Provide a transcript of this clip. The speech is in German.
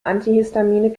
antihistamine